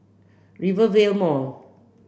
Rivervale Mall